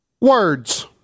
words